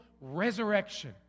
resurrection